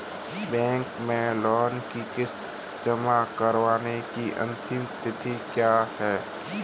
Bank में loan की किश्त जमा कराने की अंतिम तिथि क्या है?